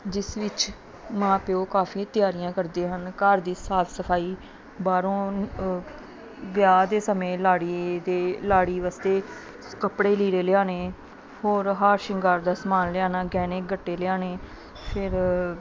ਜਿਸ ਵਿੱਚ ਮਾਂ ਪਿਓ ਕਾਫੀ ਤਿਆਰੀਆਂ ਕਰਦੇ ਹਨ ਘਰ ਦੀ ਸਾਫ ਸਫਾਈ ਬਾਹਰੋਂ ਵਿਆਹ ਦੇ ਸਮੇਂ ਲਾੜੀ ਦੇ ਲਾੜੀ ਵਸਤੇ ਕੱਪੜੇ ਲੀੜੇ ਲਿਆਉਣੇ ਹੋਰ ਹਾਰ ਸ਼ਿੰਗਾਰ ਦਾ ਸਮਾਨ ਲਿਆਉਣਾ ਗਹਿਣੇ ਗੱਟੇ ਲਿਆਉਣੇ ਫਿਰ